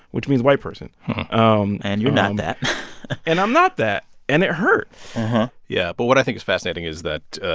which means white person um and you're not that and i'm not that. and it hurt yeah. but what i think is fascinating is that,